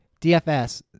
DFS